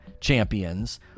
champions